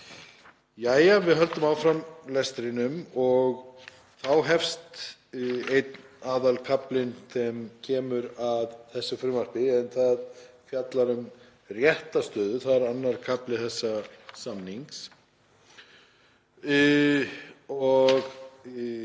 lagi. Við höldum áfram lestrinum og þá hefst einn aðalkaflinn þegar kemur að þessu frumvarpi, en þar er fjallað um réttarstöðu. Það er II. kafli þessa samnings. Mér